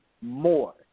more